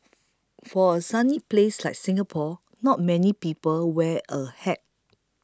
for a sunny place like Singapore not many people wear a hat